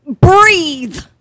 breathe